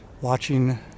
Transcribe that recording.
watching